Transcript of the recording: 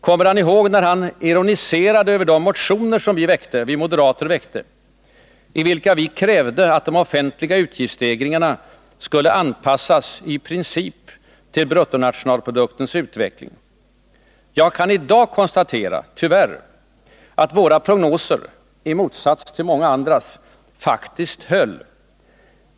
Kommer han ihåg när han ironiserade över de motioner vi moderater väckte, i vilka vi krävde att de offentliga utgiftsstegringarna i princip skulle anpassas till bruttonationalproduktens utveckling? Jag kan i dag tyvärr konstatera att våra prognoser — i motsats till många andras — faktiskt höll.